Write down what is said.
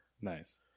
nice